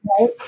Right